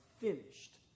finished